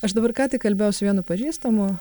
aš dabar ką tik kalbėjau su vienu pažįstamu